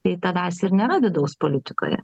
tai tavęs ir nėra vidaus politikoje